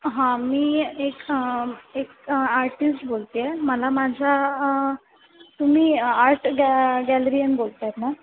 हां मी एक आर्टिस्ट बोलत आहे मला माझ्या तुम्ही आर्ट गॅ गॅलरीयन बोलत आहात ना